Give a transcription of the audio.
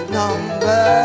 number